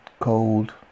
cold